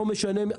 לא משנה,